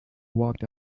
walked